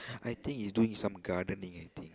I think he's doing some gardening I think